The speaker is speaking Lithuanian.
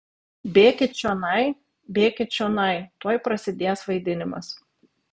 bėkit čionai bėkit čionai tuoj prasidės vaidinimas